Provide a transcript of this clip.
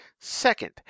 Second